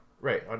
Right